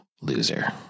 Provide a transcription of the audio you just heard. Loser